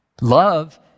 Love